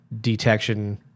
detection